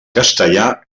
castellà